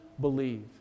believe